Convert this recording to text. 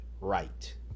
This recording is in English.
right